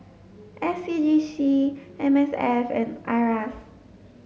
S C G C M S F and IRAS